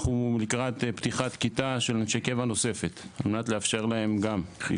אנחנו לקראת פתיחה של אנשי קבע נוספת על מנת לאפשר להם גם.